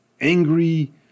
angry